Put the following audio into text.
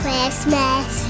Christmas